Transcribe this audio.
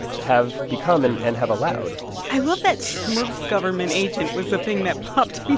have become and and have allowed i love that smurf government agent was the thing that popped and